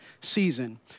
season